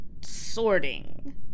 sorting